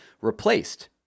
replaced